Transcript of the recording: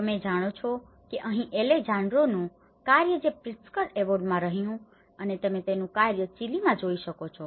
તમે જાણો છો કે અહીં એલેજાન્ડ્રોનું કાર્ય જે પ્રિત્ઝકર એવોર્ડમાં રહ્યું છે અને તમે તેનું કાર્ય ચિલીમાં જોઈ શકો છો